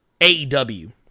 AEW